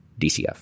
DCF